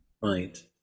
right